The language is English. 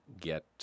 get